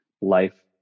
life